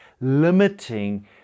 limiting